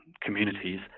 communities